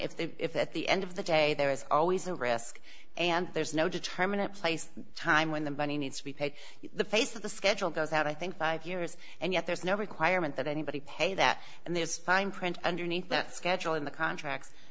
if they if at the end of the day there is always a risk and there's no determinant place time when the money needs to be paid the face of the schedule goes out i think five years and yet there's no requirement that anybody pay that and there's fine print underneath that schedule in the contract